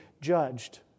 judged